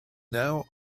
now